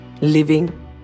living